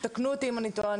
תקנו אותי אם אני טועה.